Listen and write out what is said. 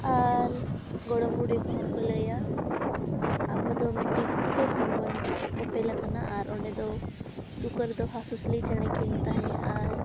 ᱟᱨ ᱜᱚᱲᱚᱢ ᱵᱩᱰᱷᱤ ᱠᱚᱦᱚᱸ ᱠᱚ ᱞᱟᱹᱭᱟ ᱟᱵᱚ ᱫᱚ ᱢᱤᱫᱴᱮᱱ ᱛᱩᱠᱟᱹ ᱠᱷᱚᱱ ᱵᱚᱱ ᱚᱯᱮᱞ ᱟᱠᱟᱱᱟ ᱟᱨ ᱚᱸᱰᱮ ᱫᱚ ᱛᱩᱠᱟᱹ ᱨᱮᱫᱚ ᱦᱟᱸᱥ ᱦᱟᱹᱥᱞᱤ ᱪᱮᱬᱮ ᱠᱤᱱ ᱛᱟᱦᱮᱸᱭᱟ ᱟᱨ